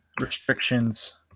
restrictions